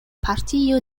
partio